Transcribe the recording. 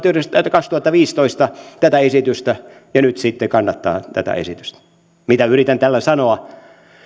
kaksituhattaviisitoista tätä esitystä ja nyt sitten kannattaa tätä esitystä mitä yritän tällä sanoa